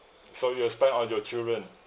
so you'll spend on your children